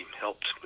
helped